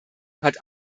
hat